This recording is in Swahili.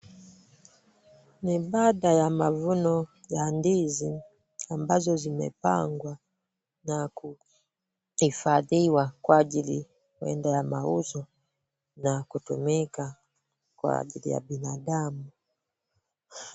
Ni baada ya mavuno ya ndizi, ambazo zimepangwa na kuhifadhiwa kwa ajili kwenda mauzo, na kutumika kwa ajili ya binadamu.